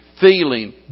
feeling